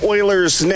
Oilers